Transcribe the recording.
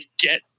get –